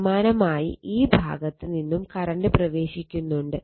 സമാനമായി ഈ ഭാഗത്ത് നിന്നും കറണ്ട് പ്രവേശിക്കുന്നുണ്ട്